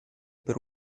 per